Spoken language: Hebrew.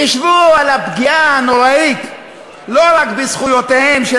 חישבו על הפגיעה הנוראה לא רק בזכויותיהם של